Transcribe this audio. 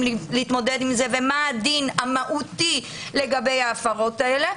להתמודד עם זה ומה הדין המהותי לגבי ההפרות האלה.